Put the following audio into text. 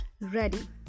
ready